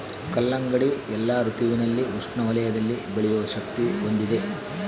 ಕಲ್ಲಂಗಡಿ ಎಲ್ಲಾ ಋತುವಿನಲ್ಲಿ ಉಷ್ಣ ವಲಯದಲ್ಲಿ ಬೆಳೆಯೋ ಶಕ್ತಿ ಹೊಂದಿದೆ